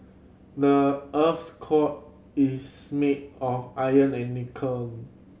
the earth's core is made of iron and nickel